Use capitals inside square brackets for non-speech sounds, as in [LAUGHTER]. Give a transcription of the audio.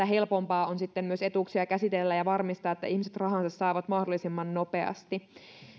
[UNINTELLIGIBLE] helpompaa on sitten myös etuuksia käsitellä ja varmistaa että ihmiset rahansa saavat mahdollisimman nopeasti